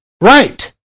right